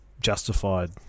justified